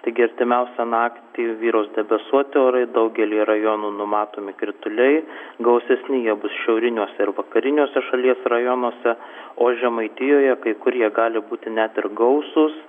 taigi artimiausią naktį vyraus debesuoti orai daugelyje rajonų numatomi krituliai gausesni jie bus šiauriniuose ir vakariniuose šalies rajonuose o žemaitijoje kai kur jie gali būti net ir gausūs